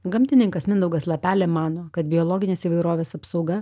gamtininkas mindaugas lapelė mano kad biologinės įvairovės apsauga